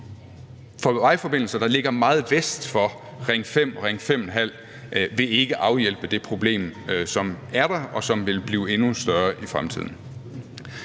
vejforbindelser, der ligger meget vest for Ring 5 og Ring 5½, ikke afhjælpe det problem, som er der, og som vil blive endnu større i fremtiden.